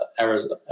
Arizona